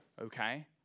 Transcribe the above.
okay